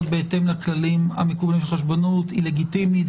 בהתאם לכללים המקובלים של חשבונאות היא לגיטימית,